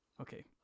Okay